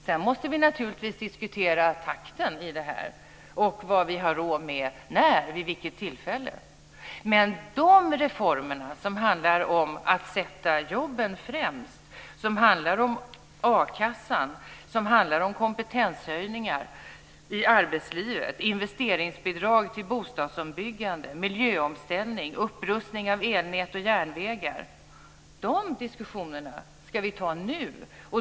Sedan måste vi naturligtvis diskutera takten i detta och vad vi har råd med vid vilket tillfälle. Men diskussionerna om de reformer som handlar om att sätta jobbet främst, a-kassan, kompetenshöjningar i arbetslivet, investeringsbidrag till bostadsombyggande, miljöomställning och upprustning av elnät och järnvägar ska vi ta nu.